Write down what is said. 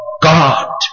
God